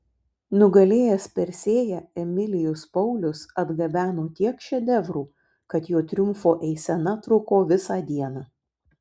nugalėjęs persėją emilijus paulius atgabeno tiek šedevrų kad jo triumfo eisena truko visą dieną